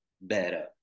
better